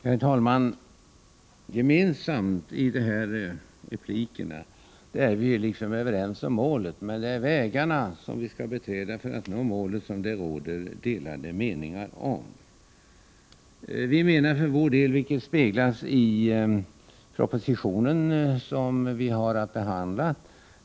Herr talman! Gemensamt för replikerna är att de bekräftar att vi är överens om målen. Det är vägarna för att nå dessa mål som vi har delade meningar om. Vår uppfattning återspeglas i den proposition vi har att behandla.